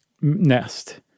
nest